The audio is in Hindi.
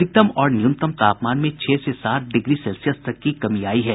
अधिकतम और न्यूनतम तापमान में छह से सात डिग्री सेल्सियस तक की कमी आयी है